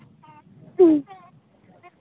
ᱦᱮᱸ